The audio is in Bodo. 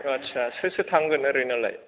आच्चा सोर सोर थांगोन ओरैनोलाय